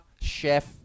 chef